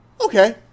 okay